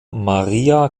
maria